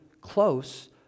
close